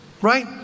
right